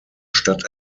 stadt